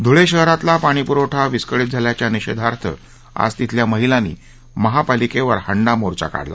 धुळे शहरातला पाणी पुरवठा विस्कळीत झाल्याच्या निषेधार्थ आज तिथल्या महिलांनी महापालिकेवर हंडा मोर्चा काढला